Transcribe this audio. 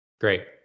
Great